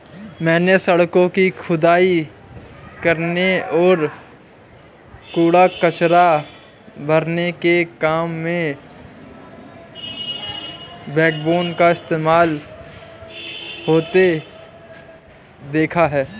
मैंने सड़कों की खुदाई करने और कूड़ा कचरा भरने के काम में बैकबोन का इस्तेमाल होते देखा है